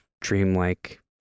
dreamlike